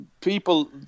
people